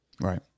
Right